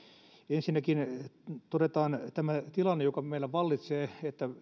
ensinnäkin todetaan tämä tilanne joka meillä vallitsee